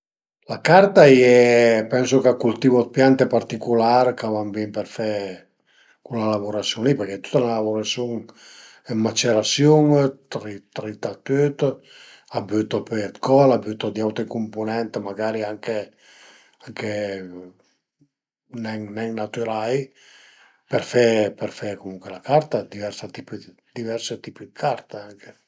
La carta a ie, pensu ch'a cultivu d'piante particular ch'a van bin për fe cula lavurasiun li përché a ie tüta la lavurasiun dë macerasiun, trita trita tüt, a bütu pöi d'cola, a bütu d'auti cumpunent, magari anche anche nen natürai për fe për fe comuncue la carta, diversi tipi diversi tipi d'carta anche